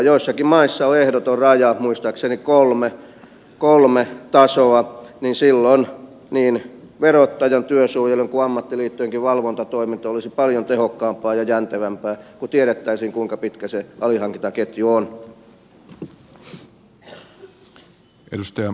joissakin maissa on ehdoton raja muistaakseni kolme tasoa ja silloin niin verottajan työsuojelun kuin ammattiliittojenkin valvontatoiminta olisi paljon tehokkaampaa ja jäntevämpää kun tiedettäisiin kuinka pitkä se alihankintaketju on